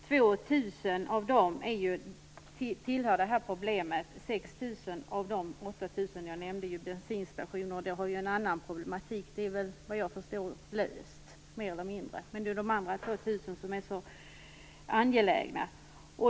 2 000 av dem tillhör det här problemet. 6 000 av de 8 000 som jag nämnde är bensinstationer, och det har ju en annan problematik, som vad jag förstår är mer eller mindre löst. Men det är de andra 2 000 som är så angelägna.